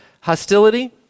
hostility